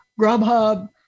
Grubhub